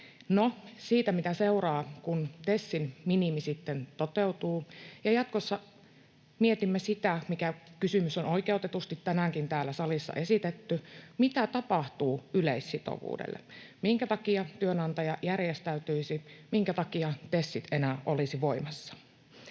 No, mitä seuraa siitä, kun TESin minimi sitten toteutuu? Ja jatkossa mietimme sitä — mikä kysymys on oikeutetusti tänäänkin täällä salissa esitetty — mitä tapahtuu yleissitovuudelle, minkä takia työnantaja järjestäytyisi ja minkä takia TESit enää olisivat voimassa.